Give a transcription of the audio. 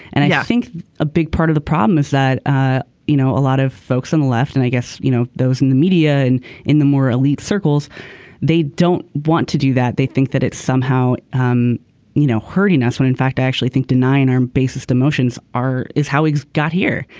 and i yeah think a big part of the problem is that ah you know a lot of folks on the left and i guess you know those in the media and in the more elite circles they don't want to do that they think that it's somehow um you know hurting that's when in fact i actually think denying our basest emotions are is how we got here.